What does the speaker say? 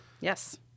Yes